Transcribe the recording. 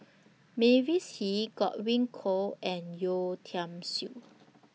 Mavis Hee Godwin Koay and Yeo Tiam Siew